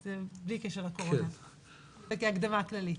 זה בלי קשר לקורונה אלא כהקדמה כללית.